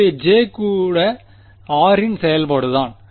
எனவே J கூட r இன் செயல்பாடுதான்